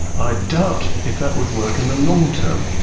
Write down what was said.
i doubt if that would work in the long term,